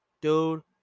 dude